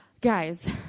Guys